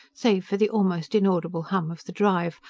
save for the almost inaudible hum of the drive,